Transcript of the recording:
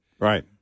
Right